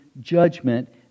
judgment